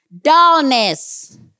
dullness